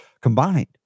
combined